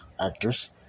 actors